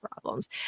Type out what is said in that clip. problems